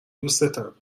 دوستتم